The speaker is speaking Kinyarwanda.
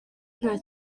nta